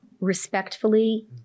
respectfully